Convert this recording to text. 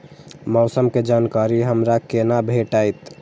मौसम के जानकारी हमरा केना भेटैत?